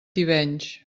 tivenys